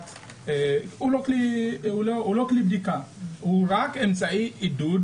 הוא לא כלי בדיקה אלא הוא רק אמצעי עידוד